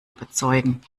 überzeugen